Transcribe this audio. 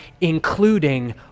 including